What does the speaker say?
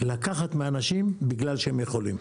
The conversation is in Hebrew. לקחת מאנשים בגלל שהם יכולים.